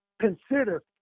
consider